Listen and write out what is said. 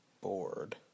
bored